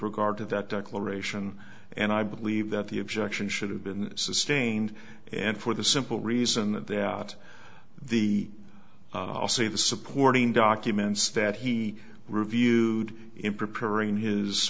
regard to that declaration and i believe that the objection should have been sustained and for the simple reason that that the i'll say the supporting documents that he reviewed in